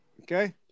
Okay